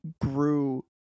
grew